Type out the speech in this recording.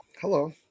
Hello